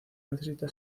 necesita